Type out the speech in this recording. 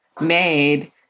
made